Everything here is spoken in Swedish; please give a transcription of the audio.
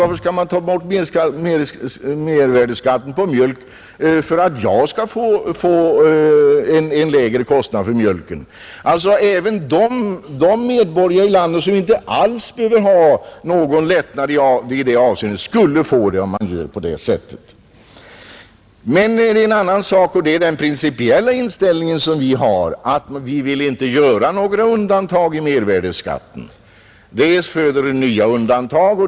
Varför skall man ta bort mervärdeskatten på mjölk för att jag skall få en lägre kostnad? Även de medborgare i landet som inte alls behöver ha någon lättnad skulle alltså få en sådan om man gör på det sättet. En annan sak är den principiella inställning som vi har: vi vill inte göra några undantag i fråga om mervärdeskatten.